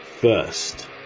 First